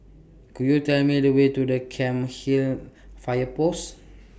Could YOU Tell Me The Way to The Cairnhill Fire Post